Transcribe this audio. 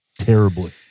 terribly